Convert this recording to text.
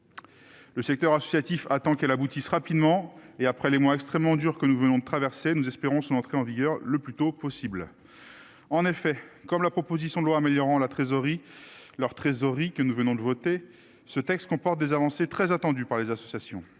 Le secteur associatif attend que cette proposition de loi aboutisse rapidement, et, après les mois extrêmement durs que nous venons de traverser, nous espérons son entrée en vigueur le plus tôt possible. En effet, comme la proposition de loi visant à améliorer leur trésorerie, que nous venons de voter, ce texte comporte des avancées très attendues par les associations.